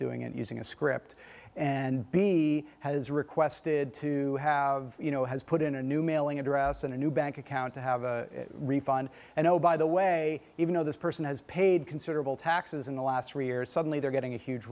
doing it using a script and b has requested to have you know has put in a new mailing address and a new bank account to have a refund and oh by the way even though this person has paid considerable taxes in the last three years suddenly they're getting a huge